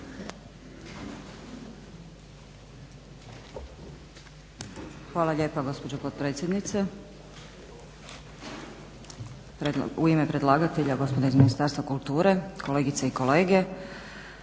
Hvala lijepa gospođo potpredsjednice. U ime predlagatelja gospodo iz Ministarstva kulture, kolegice i kolege.